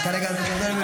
אז תשבי.